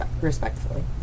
respectfully